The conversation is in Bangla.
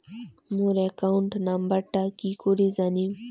মোর একাউন্ট নাম্বারটা কি করি জানিম?